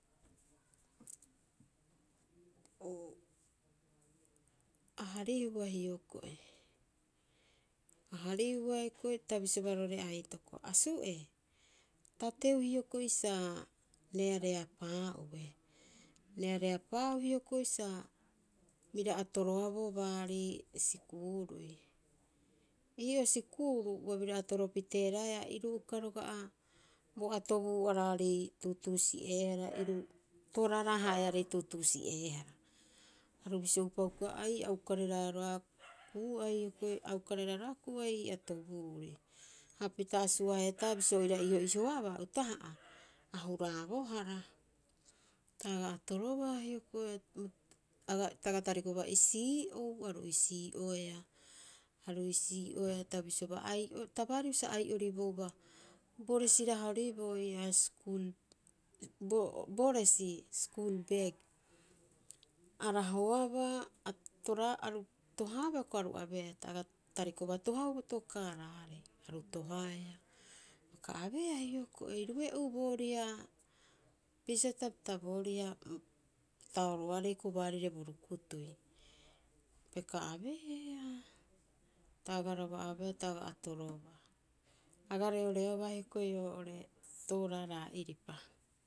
Uu, a harihua hioko'i, a harihua hioko'i, ta bisiobaa roo'ore aitoko, Asu'ee, tateu hioko'i, sa reareapaa'ue. Reareapaau hioko'i sa bira atoroaboo baarii sikuurui. Ii'oo sikuuru ua bira atoro piteeraeaa, iru uka roga'a bo atobuu'araarei tuutuusi'eehara iru tooraaraa haearei tuutuusi'eehara. Aru bisio'upa hukuia, ai a ukareraeaa roga'a kuu'ai hioko'i a ukareraea roga'a kuu'ai ii atobuuri. Hapita suaheetaa bisio oira iho'ihoaba utaha'a a huraabohara. Ta aga atorobaa hioko'i. Ta aga tarikobaa, isii'ou aru isii'oea aru isii'oea. Ta bisiobaa haia, ai'o, tabariu sa ai'oribouba bo resi rahoriboo ii'aa. school, bo bo resi school bag. A rahoabaa atoraa aru tohaaba hioko'i aru abeea. Ta aga tarikobaa, tohau bo tokaaraarei. Aru tohaea, ioka abeea hioko'i iru'e'uu booriha bisio hita pita booriha, tauoroarei hioko'i baarire bo rukutui. Peka abeea, ta agaraba abeea ta aga atorobaa. A aga reoreobaa hioko'i oo'ore toorara'iripa.